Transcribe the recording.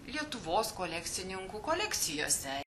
lietuvos kolekcininkų kolekcijose